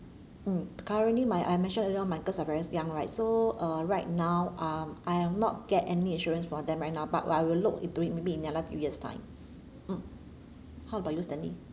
mm currently I mentioned earlier on right my girls are very young right so uh right now I'm I've not get any insurance for them right now but I will look into it maybe in another few years time mm how about you stanley